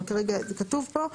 אבל כרגע זה כתוב פה.